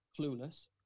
Clueless